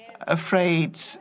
afraid